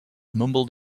mumbled